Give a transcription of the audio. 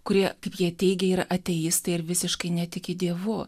kurie kaip jie teigia yra ateistai ir visiškai netiki dievu